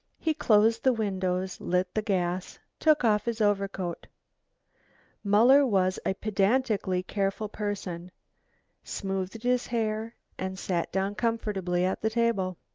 he closed the windows, lit the gas, took off his overcoat muller was a pedantically careful person smoothed his hair and sat down comfortably at the table.